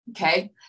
okay